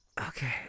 Okay